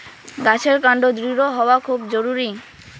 গাছের কান্ড দৃঢ় হওয়া খুব জরুরি